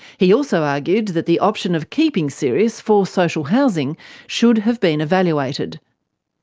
he also argued that the option of keeping sirius for social housing should have been evaluated.